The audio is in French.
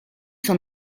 son